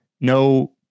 no